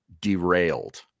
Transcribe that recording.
derailed